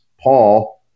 Paul